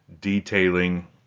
detailing